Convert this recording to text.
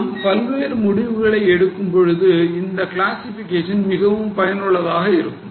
நாம் பல்வேறு முடிவுகள் எடுக்கும் போது இந்த கிளாசிஃபிகேஷன் மிகவும் பயனுள்ளதாக இருக்கும்